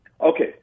Okay